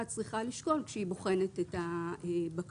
צריכה לשקול כשהיא בוחנת את הבקשות.